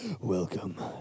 Welcome